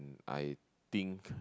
I think